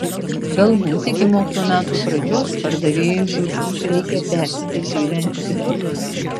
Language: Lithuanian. galbūt iki mokslo metų pradžios pardavėjui žūtbūt reikia persikelti gyventi kitur